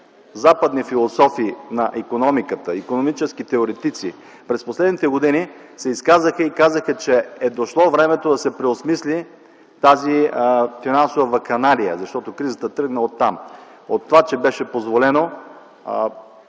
западни философи на икономиката, икономически теоретици през последните години се изказаха и казаха, че е дошло времето да се преосмисли тази финансова вакханалия. Кризата тръгна оттам – защото беше позволено